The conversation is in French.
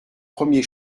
premier